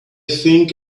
think